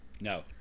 No